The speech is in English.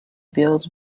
built